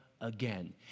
again